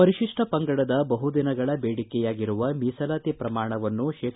ಪರಿಶಿಷ್ಲ ಪಂಗಡದ ಬಹುದಿನಗಳ ಬೇಡಿಕೆಯಾಗಿರುವ ಮೀಸಲಾತಿ ಪ್ರಮಾಣವನ್ನು ಶೇ